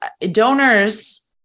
donors